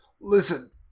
listen